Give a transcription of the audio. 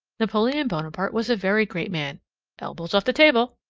napoleon bonaparte was a very great man elbows off the table.